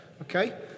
Okay